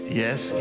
yes